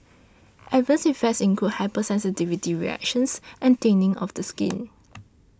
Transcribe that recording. adverse effects include hypersensitivity reactions and thinning of the skin